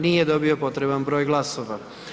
Nije dobio potreban broj glasova.